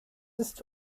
ist